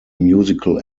musical